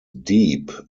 deep